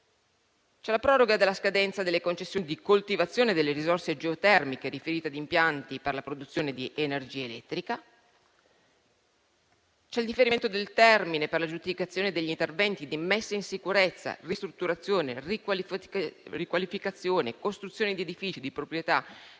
C'è la proroga della scadenza delle concessioni di coltivazione delle risorse geotermiche riferite ad impianti per la produzione di energia elettrica. C'è il differimento del termine per l'aggiudicazione degli interventi di messa in sicurezza, ristrutturazione, riqualificazione e costruzione di edifici di proprietà